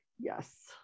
Yes